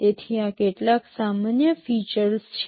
તેથી આ કેટલાક સામાન્ય ફીચર્સ છે